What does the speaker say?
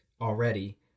already